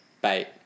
Bye